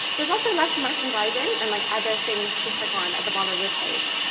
there's also less merchandising and like other things to click on at the bottom of the page.